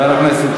מה ההסבר לכך,